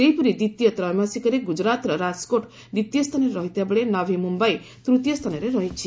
ସେହିପରି ଦ୍ୱିତୀୟ ତ୍ରୟୋମାସିକରେ ଗୁଜରାତର ରାଜକୋଟ୍ ଦ୍ୱିତୀୟ ସ୍ଥାନରେ ରହିଥିବା ବେଳେ ନଭି ମୁମ୍ବାଇ ତୂତୀୟ ସ୍ଥାନରେ ରହିଛି